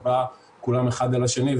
שבה כולם אחד על השני,